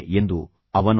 ತಂದೆ ಮತ್ತು ಮಗ